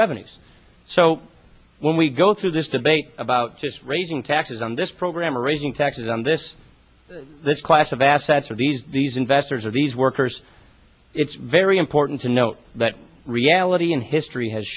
revenues so when we go through this debate about just raising taxes on this program or raising taxes on this this class of assets are these these investors are these workers it's very important to note that reality and history has